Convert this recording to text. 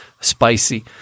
spicy